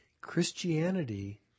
Christianity